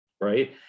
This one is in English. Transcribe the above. Right